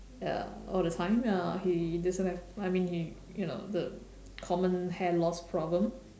ya all the time ya he doesn't have I mean he you know the common hair loss problem